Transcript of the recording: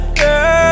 girl